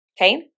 Okay